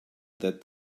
that